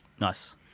Nice